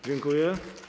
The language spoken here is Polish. Dziękuję.